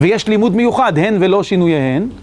ויש לימוד מיוחד, הן ולא שינוייהן.